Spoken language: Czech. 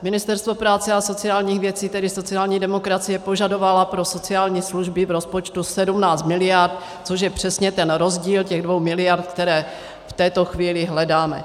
Ministerstvo práce a sociálních věcí, tedy sociální demokracie, požadovalo pro sociální služby z rozpočtu 17 miliard, což je přesně rozdíl těch 2 miliard, které v tuto chvíli hledáme.